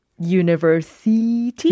University